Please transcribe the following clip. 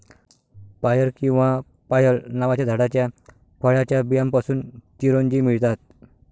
पायर किंवा पायल नावाच्या झाडाच्या फळाच्या बियांपासून चिरोंजी मिळतात